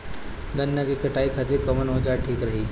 गन्ना के कटाई खातिर कवन औजार ठीक रही?